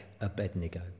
Abednego